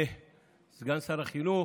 סגן שר החינוך,